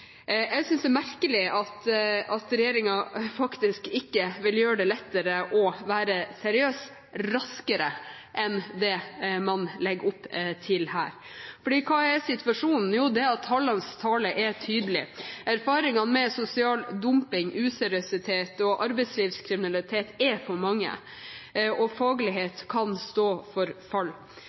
Jeg synes det er merkelig at regjeringen faktisk ikke vil gjøre det lettere å være seriøs raskere enn det man legger opp til her. For hva er situasjonen? Jo, den er at tallenes tale er tydelig. Erfaringene med sosial dumping, useriøsitet og arbeidslivskriminalitet er for mange, og faglighet kan stå for fall.